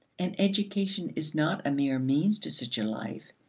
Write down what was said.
and education is not a mere means to such a life.